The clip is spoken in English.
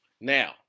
Now